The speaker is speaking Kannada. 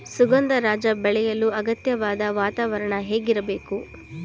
ಸುಗಂಧರಾಜ ಬೆಳೆಯಲು ಅಗತ್ಯವಾದ ವಾತಾವರಣ ಹೇಗಿರಬೇಕು?